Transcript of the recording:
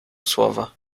słowa